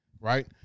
right